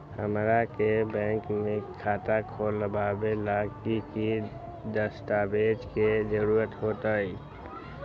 हमरा के बैंक में खाता खोलबाबे ला की की दस्तावेज के जरूरत होतई?